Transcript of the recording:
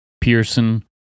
Pearson